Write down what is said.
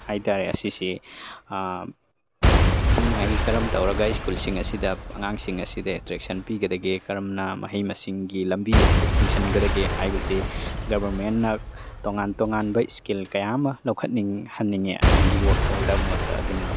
ꯍꯥꯏꯇꯥꯔꯦ ꯑꯁꯤꯁꯤ ꯄꯤꯅꯤꯡꯉꯥꯏꯒꯤ ꯀꯔꯝ ꯇꯧꯔꯒ ꯁ꯭ꯀꯨꯜꯁꯤꯡ ꯑꯁꯤꯗ ꯑꯉꯥꯡꯁꯤꯡ ꯑꯁꯤꯗ ꯑꯦꯇ꯭ꯔꯦꯛꯁꯟ ꯄꯤꯒꯗꯒꯦ ꯀꯔꯝꯅ ꯃꯍꯩ ꯃꯁꯤꯡꯒꯤ ꯂꯝꯕꯤ ꯑꯁꯤꯗ ꯆꯤꯡꯁꯤꯟꯒꯗꯒꯦ ꯍꯥꯏꯕꯁꯤ ꯒꯣꯔꯃꯦꯟꯅ ꯇꯣꯉꯥꯟ ꯇꯣꯉꯥꯟꯕ ꯏꯁꯀꯤꯜ ꯀꯌꯥ ꯑꯃ ꯂꯧꯈꯠ ꯍꯟꯅꯤꯡꯑꯦ ꯑꯩꯒꯤ ꯋꯥꯈꯜꯗ ꯃꯣꯠꯇ ꯑꯗꯨꯅ